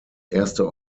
erste